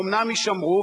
אומנם יישמרו,